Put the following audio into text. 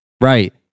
Right